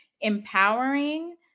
empowering